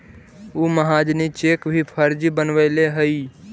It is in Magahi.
उ महाजनी चेक भी फर्जी बनवैले हइ